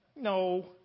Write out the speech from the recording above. No